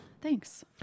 Thanks